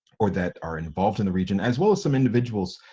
or that are involved in the region, as well as some individuals.